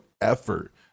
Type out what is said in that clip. effort